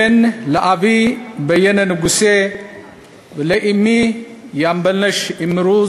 בן לאבי ביינה נגוסה ולאִמי ימבלנש אימרו,